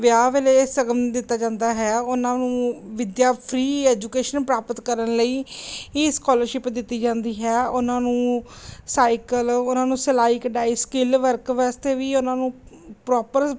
ਵਿਆਹ ਵੇਲੇ ਸ਼ਗਨ ਦਿੱਤਾ ਜਾਂਦਾ ਹੈ ਉਹਨਾਂ ਨੂੰ ਵਿੱਦਿਆ ਫ੍ਰੀ ਐਜੂਕੇਸ਼ਨ ਪ੍ਰਾਪਤ ਕਰਨ ਲਈ ਹੀ ਸਕੋਲਸ਼ਿਪ ਦਿੱਤੀ ਜਾਂਦੀ ਹੈ ਉਹਨਾਂ ਨੂੰ ਸਾਈਕਲ ਉਹਨਾਂ ਨੂੰ ਸਿਲਾਈ ਕਢਾਈ ਸਕਿੱਲ ਵਰਕ ਵਾਸਤੇ ਵੀ ਉਹਨਾਂ ਨੂੰ ਪ੍ਰੋਪਰ